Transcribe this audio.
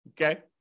okay